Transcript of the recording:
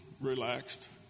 relaxed